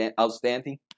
outstanding